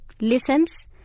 listens